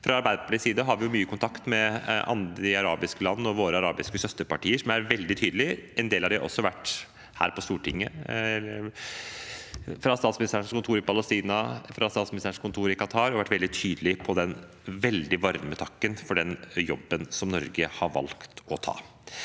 Fra Arbeiderpartiets side har vi mye kontakt med arabiske land og våre arabiske søsterpartier, som er veldig tydelige. En del av dem har også vært her på Stortinget – fra statsministerens kontor i Palestina, fra statsministerens kontor i Qatar – og vært veldig tydelige på den veldig varme takken for den jobben som Norge har valgt å ta.